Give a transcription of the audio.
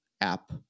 app